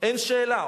אין שאלה.